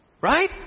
Right